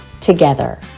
together